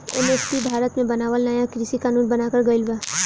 MSP Bharat मे बनावल नाया कृषि कानून बनाकर गइल बा